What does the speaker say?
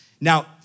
Now